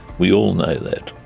we all know that.